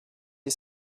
est